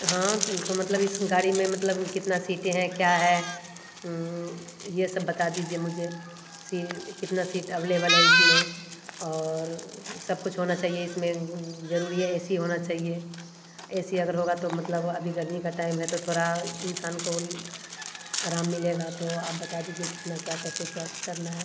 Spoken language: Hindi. हाँ तो तो मतलब इस गाड़ी में मतलब कितना सीटें हैं क्या है हम्म ये सब बता दीजिए मुझे सीट कितना सीट अवेलेबल है इसमें और सब कुछ होना चाहिए इसमें जरूरी है ऐसी होनी चाहिए ए सी अगर होगा तो मतलब अभी गर्मी का टाइम है तो तोड़ इंसान को आराम मिलेगा तो आप बता दीजिए कितना क्या कैसे क्या करना है